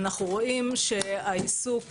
אנחנו רואים שהעיסוק